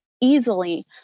easily